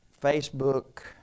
Facebook